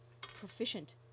proficient